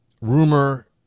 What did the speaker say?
rumor